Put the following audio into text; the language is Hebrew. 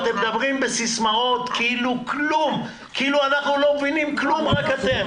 אתם מדברים בסיסמאות כאילו אנחנו לא מבינים כלום אלא רק אתם מבינים.